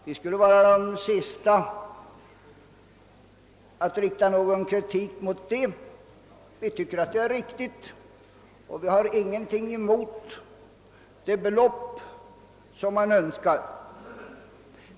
Vi skulle vara de sista att rikta någon kritik mot detta. Vi tycker att det är riktigt, och vi har ingenting emot det belopp som man önskar.